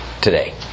today